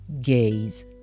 Gaze